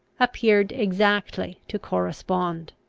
appeared exactly to correspond.